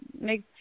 make